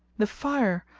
the fire!